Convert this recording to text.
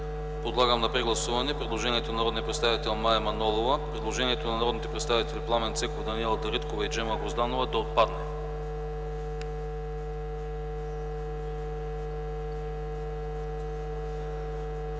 Подлагам на прегласуване предложението на народния представител Мая Манолова – предложението на народните представители Пламен Цеков, Даниела Дариткова и Джема Грозданова да отпадне.